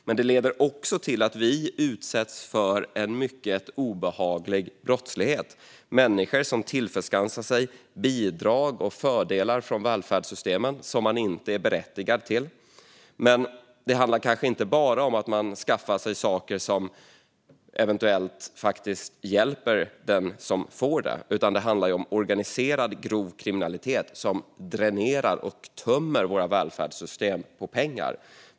De leder också till att vi utsätts för en mycket obehaglig brottslighet; människor tillskansar sig bidrag och fördelar från välfärdssystemen som de inte är berättigade till. Det handlar kanske inte bara om att man skaffar sig saker som eventuellt faktiskt hjälper den som får dem, utan det handlar också om organiserad grov kriminalitet som dränerar och tömmer våra välfärdssystem på pengar.